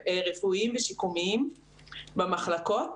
רפואיים ושיקומיים במחלקות